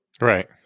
Right